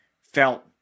felt